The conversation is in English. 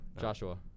Joshua